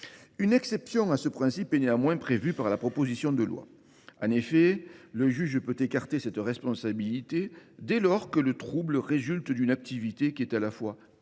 Une exception à ce principe est néanmoins prévue par le texte. En effet, le juge peut écarter cette responsabilité, dès lors que le trouble résulte d’une activité qui est à la fois préexistante